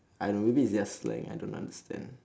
I don't know maybe is their slang I don't understand